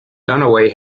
dunaway